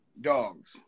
Dogs